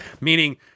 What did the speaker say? meaning